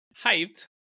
Hyped